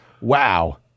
Wow